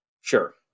sure